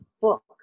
book